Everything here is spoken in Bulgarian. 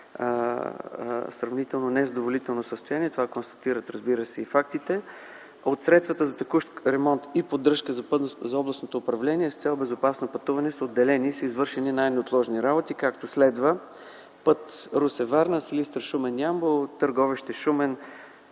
сравнително незадоволително състояние. Това констатират, разбира се, и фактите. От средствата за текущ ремонт и поддръжка за Областното управление с цел безопасно пътуване са извършени най-неотложни работи, както следва: път Русе-Варна, Силистра-Шумен-Ямбол, Търговище-Шумен,